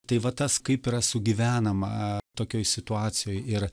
tai va tas kaip yra sugyvenama tokioj situacijoj ir